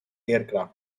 aircraft